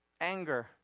anger